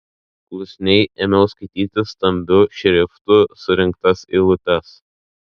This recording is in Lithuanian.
klusniai ėmiau skaityti stambiu šriftu surinktas eilutes